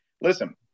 listen